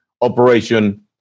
operation